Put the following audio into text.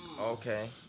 Okay